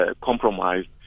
compromised